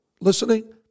listening